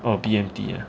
oh B_M_T ah